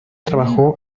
trabajó